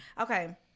Okay